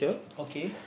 okay